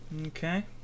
Okay